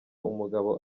umugabo